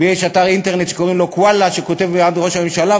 ויש אתר אינטרנט שקוראים לו "קוואלה" שכותב בעד ראש הממשלה.